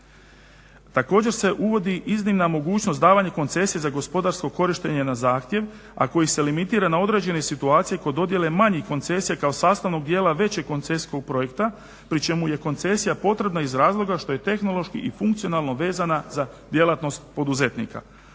Također se uvodi iznimna mogućnost davanja koncesije za gospodarsko korištenje na zahtjev, a koji se limitira na određene situacije kod dodjele manjih koncesija kao sastavnog dijela većeg koncesijskog projekta pri čemu je koncesija potrebna iz razloga što je tehnološki i funkcionalno vezana za djelatnost poduzetnika.